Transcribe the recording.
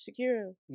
Shakira